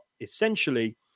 essentially